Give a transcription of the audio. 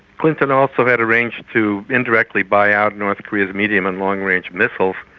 clinton also had arranged to indirectly buy out north korea's medium and long range missiles.